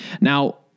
now